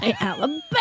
Alabama